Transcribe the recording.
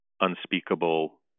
unspeakable